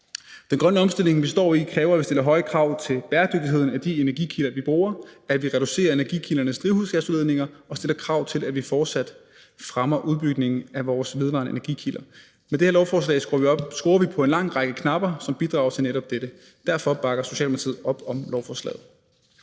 Den grønne omstilling, vi står i, kræver, at vi stiller høje krav til bæredygtigheden af de energikilder, vi bruger, at vi reducerer energikildernes drivhusgasudledninger og stiller krav til, at vi fortsat fremmer udbygningen af vores vedvarende energikilder. Med det her lovforslag trykker vi på en lang række knapper, som bidrager til netop dette, og derfor bakker Socialdemokratiet op om lovforslaget.